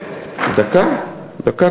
אתה